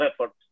effort